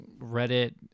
Reddit